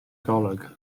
golwg